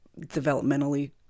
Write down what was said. developmentally